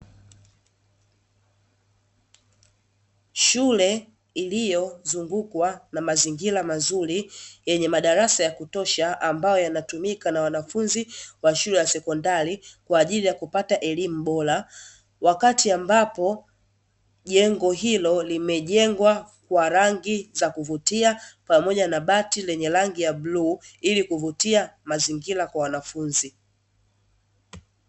Shule iliyozungukwa na mazingira mazuri yenye madarasa ya kutosha ambayo yanatumika na wanafunzi wa shule ya sekondari kwa ajili ya kupata elimu bora, wakati ambapo jengo hilo limejengwa kwa rangi za kuvutia pamoja na bati lenye rangi ya bluu ili kuvutia mazingira kwa wanafunzi.